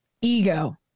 ego